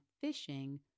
fishing